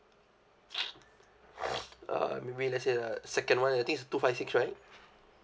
uh maybe let's say uh second [one] I think is two five six right